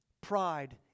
Pride